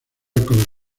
records